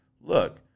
look